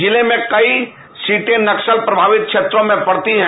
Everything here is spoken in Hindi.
जिले में कई सीटें नक्सल प्रमावित क्षेत्रों में पडती है